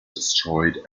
destroyed